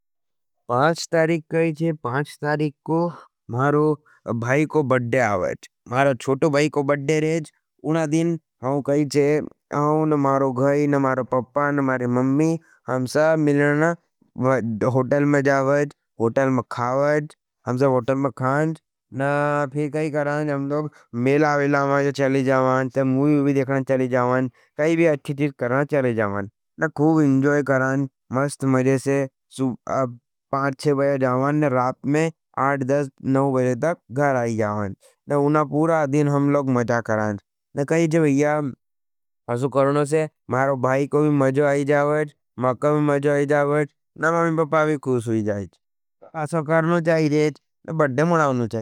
पाँच तारीक को क्या छह, पाँच तारीख को महरो भाई का बर्थडे आवे। महरो छोटो भाई का बर्थडे रहच। उन्हा दिन महरो घर छे म्हरो पपा ना महरी मम्मी। हम सब मिलन होटल में जवाच, हम सब होटल में जवच। ना फिर खाई मेला वेला में चली जवाच, मूवी देखने चली जवांच। एंजॉय करा जवाच, मस्त सुबह से पाँच छह बजे जवाँच। आठ, नों बजे तक घर आवाच, ना औ पूरा दिन हम मज़ा करत। ना कई जा ऐसो कर्णो से, महरो भाई के भी मजे आई जवाच। महरे भी मज़ा आयी जवाच।